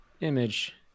image